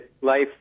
Life